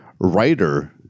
writer